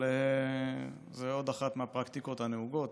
אבל זו עוד אחת מהפרקטיקות הנהוגות,